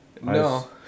No